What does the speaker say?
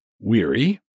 weary